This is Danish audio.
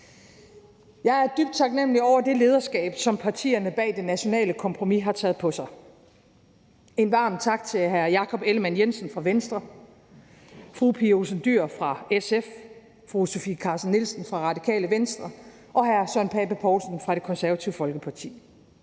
Jeg er dybt taknemmelig for det lederskab, som partierne bag det nationale kompromis har taget på sig. Der skal lyde en varm tak til hr. Jakob Ellemann-Jensen fra Venstre, fru Pia Olsen Dyhr fra SF, fru Sofie Carsten Nielsen fra Radikale Venstre og hr. Søren Pape Poulsen fra Det Konservative Folkeparti.